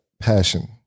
passion